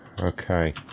Okay